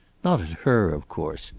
not at her, of course.